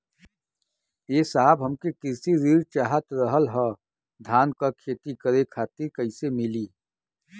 ए साहब हमके कृषि ऋण चाहत रहल ह धान क खेती करे खातिर कईसे मीली?